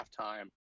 halftime